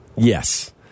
Yes